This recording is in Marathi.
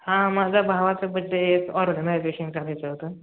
हां माझा भावाचं बड्डे आहे एक ऑर्गनायजेशन करायचं होतं